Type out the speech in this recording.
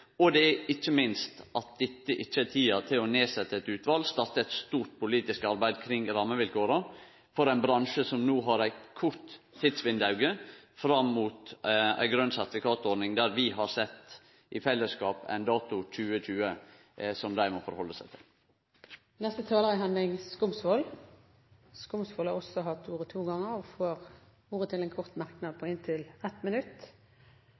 side. Det er ikkje minst fordi dette ikkje er tida for å setje ned eit utval og starte eit stort politisk arbeid kring rammevilkåra for ein bransje som no har eit kort tidsvindauge fram mot ei grøn sertifikatordning, der vi i fellesskap har sett ein dato, 2020, som dei må ta omsyn til. Representanten Henning Skumsvoll har hatt ordet to ganger og får ordet til en kort merknad på inntil 1 minutt.